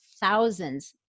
thousands